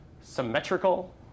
symmetrical